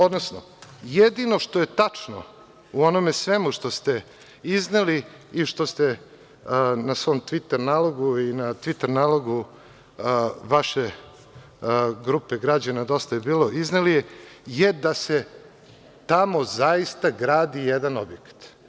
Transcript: Odnosno, jedino što je tačno u onome svemu što ste izneli i što ste na svom tviter nalogu i na tviter nalogu vaše Grupe građana Dosta je bilo izneli je da se tamo zaista gradi jedan objekat.